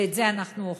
ואת זה אנחנו אוכלים.